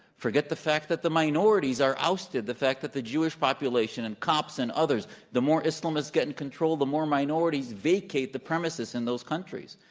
forget the fact that the minorities are ousted, the fact that the jewish population and coptics and others, the more islamists get in control, the more minorities vacate the premises in those countries.